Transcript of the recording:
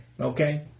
okay